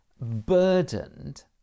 burdened